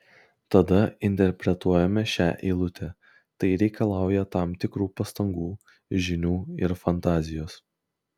tada interpretuojame šią eilutę tai reikalauja tam tikrų pastangų žinių ir fantazijos